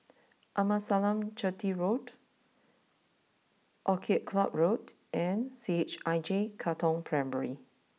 Amasalam Chetty Road Orchid Club Road and C H I J Katong Primary